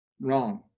Wrong